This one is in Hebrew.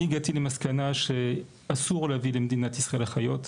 אני הגעתי למסקנה שאסור להביא למדינת ישראל אחיות,